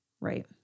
Right